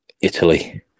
Italy